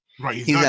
Right